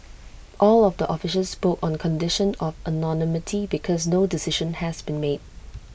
all of the officials spoke on condition of anonymity because no decision has been made